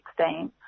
2016